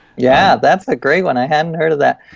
yeah, that's a great one. i hadn't heard of that.